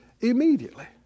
immediately